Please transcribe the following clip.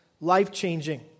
life-changing